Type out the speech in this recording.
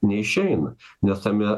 neišeina nes tame